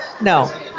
No